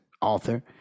author